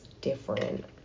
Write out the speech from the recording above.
different